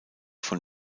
von